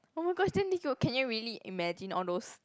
oh-my-gosh then did you can you really imagine all those